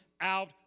out